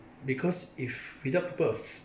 because if without people